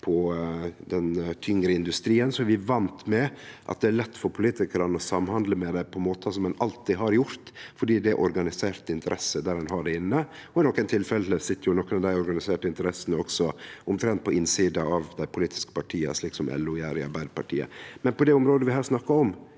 den tyngre industrien, er vi vande med at det er lett for politikarane å samhandle med dei på måtar som ein alltid har gjort, fordi det gjeld organiserte interesser der ein har dette inne. I nokre tilfelle sit jo også nokre av dei organiserte interessene omtrent på innsida av dei politiske partia, slik som LO gjer i Arbeidarpartiet. Men på det området vi her snakkar om,